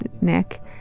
Nick